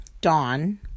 Dawn